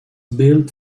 built